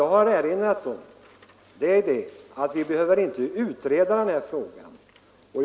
Jag erinrade om att vi inte behöver utreda denna fråga.